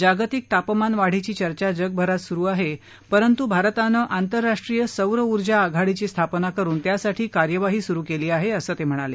जागतिक तापमानवाढीची चर्चा जगभरात सुरु आहे परंतु भारतानं आंतरराष्ट्रीय सौरऊर्जा आघाडीची स्थापना करुन त्यासाठी कार्यवाही सुरु केली आहे असं ते पुढं म्हणाले